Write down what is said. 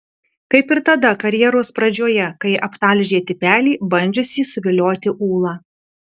kaip ir tada karjeros pradžioje kai aptalžė tipelį bandžiusį suvilioti ūlą